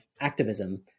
activism